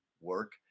work